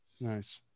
nice